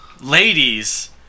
ladies